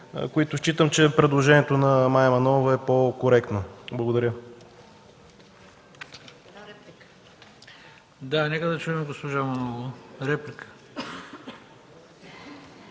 доводите. Считам, че предложението на Мая Манолова е по-коректно. Благодаря.